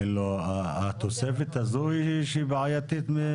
התוספת הזו היא שבעייתית?